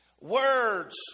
Words